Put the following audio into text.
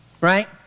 right